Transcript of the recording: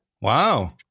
Wow